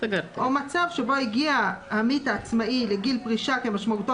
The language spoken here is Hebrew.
או מצב שבו הגיע העמית העצמאי לגיל פרישה כמשמעותו